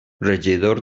regidor